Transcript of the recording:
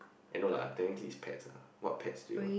I know lah technically is pets lah what pets do you want